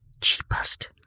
cheapest